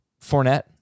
Fournette